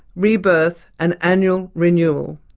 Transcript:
rebirth and annual renewal.